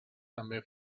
també